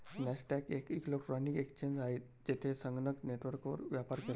Nasdaq एक electronic exchange आहे, जेथे संगणक नेटवर्कवर व्यापार केला जातो